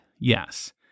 Yes